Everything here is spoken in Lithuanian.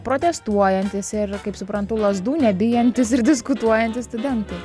protestuojantys ir kaip suprantu lazdų nebijantys ir diskutuojantys studentai